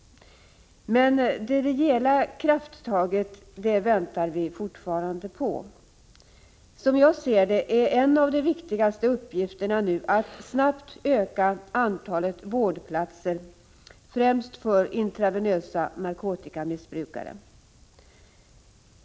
Men det rejäla krafttaget väntar vi fortfarande på. Som jag ser det är en av de viktigaste uppgifterna nu att snabbt öka antalet vårdplatser främst för personer som intravenöst missbrukar narkotika.